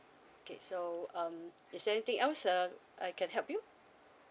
okay so um is there anything else uh I can help you